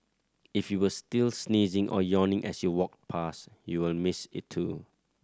if you were still sneezing or yawning as you walked past you will miss it too